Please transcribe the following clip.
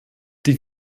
die